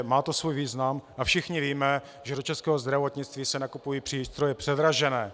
Má to svůj význam a všichni víme, že do českého zdravotnictví se nakupují přístroje předražené.